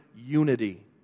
unity